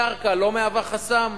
הקרקע לא מהווה חסם,